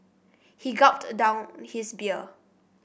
he gulped down his beer